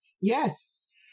Yes